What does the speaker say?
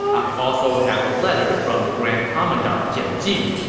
i also have a letter from the grand commandant jiang ji.